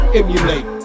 emulate